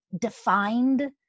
defined